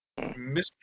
Mr